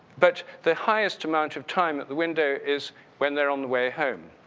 but the highest amount of time at the window is when they're on the way home.